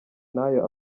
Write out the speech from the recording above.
nayo